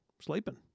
sleeping